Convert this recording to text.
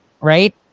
right